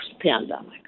pandemic